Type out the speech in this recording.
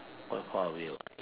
quite far away [what]